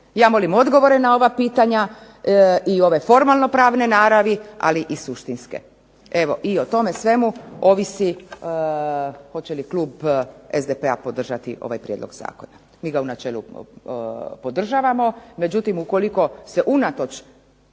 Ja molim odgovore na ova pitanja i ove formalno pravne naravi, ali i suštinske. Evo, i o tome svemu ovisi hoće li klub SDP-a podržati ovaj prijedlog zakona. Mi ga u načelu podržavamo međutim ukoliko se unatoč